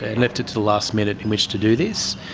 and left it to the last minute in which to do this.